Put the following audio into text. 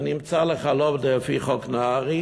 אני אמצא לך לא לפי חוק נהרי,